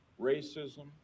racism